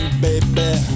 baby